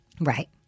Right